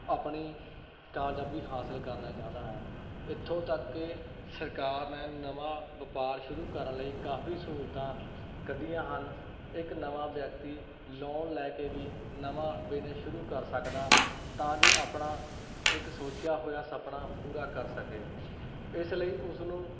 ਆਪਣੀ ਕਾਮਯਾਬੀ ਹਾਂਸਲ ਕਰਨਾ ਚਾਹੁੰਦਾ ਹੈ ਇੱਥੋਂ ਤੱਕ ਕਿ ਸਰਕਾਰ ਨੇ ਨਵਾਂ ਵਪਾਰ ਸ਼ੁਰੂ ਕਰਨ ਲਈ ਕਾਫ਼ੀ ਸਹੂਲਤਾਂ ਕੱਢੀਆਂ ਹਨ ਇੱਕ ਨਵਾਂ ਵਿਅਕਤੀ ਲੋਨ ਲੈ ਕੇ ਵੀ ਨਵਾਂ ਬਿਜ਼ਨਸ ਸ਼ੁਰੂ ਕਰ ਸਕਦਾ ਤਾਂ ਜੋ ਆਪਣਾ ਇੱਕ ਸੋਚਿਆ ਹੋਇਆ ਸਪਨਾ ਪੂਰਾ ਕਰ ਸਕੇ ਇਸ ਲਈ ਉਸ ਨੂੰ